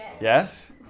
Yes